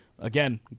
Again